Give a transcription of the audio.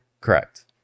correct